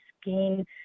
skin